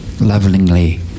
lovingly